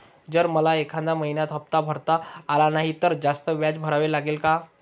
जर मला एखाद्या महिन्यात हफ्ता भरता आला नाही तर जास्त व्याज भरावे लागेल का?